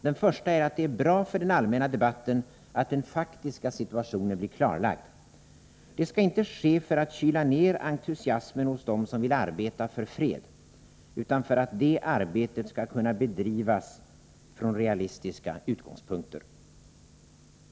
Den första är att det är bra för den allmänna debatten att den faktiska situationen blir klarlagd. Det skall inte ske för att kyla ner entusiasmen hos dem som vill arbeta för fred, utan för att det arbetet skall kunna bedrivas från realistiska utgångspunkter.